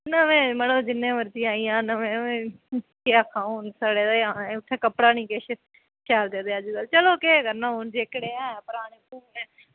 नमें मड़ो जिन्ने होर केह् आक्खा सड़े दे जां हून आक्खां चलो केह् करना हून जेह्कड़े हैन